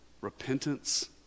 repentance